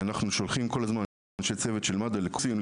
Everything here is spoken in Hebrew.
אנחנו שולחים כל הזמן אנשי צוות של מד"א לקורסים,